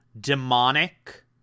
demonic